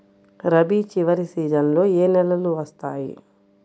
రబీ చివరి సీజన్లో ఏ నెలలు వస్తాయి?